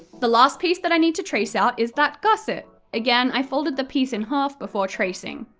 the last piece that i need to trace out is that gusset! again, i folded the piece in half before tracing.